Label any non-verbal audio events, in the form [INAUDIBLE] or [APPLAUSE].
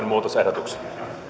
[UNINTELLIGIBLE] muutosehdotukset